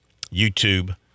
youtube